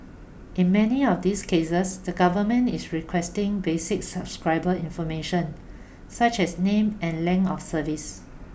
in many of these cases the government is requesting basic subscriber information such as name and length of service